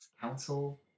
council